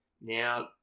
Now